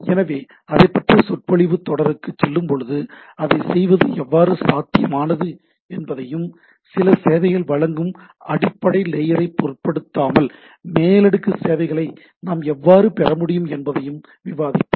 எனவே அதைப்பற்றிய சொற்பொழிவுத் தொடருக்குச் செல்லும்போது அதைச் செய்வது எவ்வாறு சாத்தியமானது என்பதையும் சில சேவைகளை வழங்கும் அடிப்படை லேயரைப் பொருட்படுத்தாமல் மேல் அடுக்கு சேவைகளை நான் எவ்வாறு பெற முடியும் என்பதையும் விவாதிப்போம்